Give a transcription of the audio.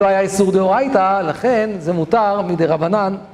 לא היה איסור דאורייתא, לכן זה מותר מדי רבנן.